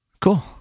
Cool